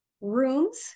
rooms